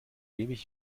ewig